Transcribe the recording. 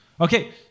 Okay